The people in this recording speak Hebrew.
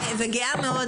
בוקר טוב,